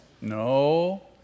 No